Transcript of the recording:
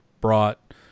brought